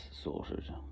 sorted